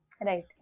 right